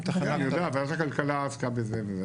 כן, אני יודע, ועדת הכלכלה עסקה בזה.